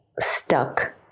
stuck